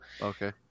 Okay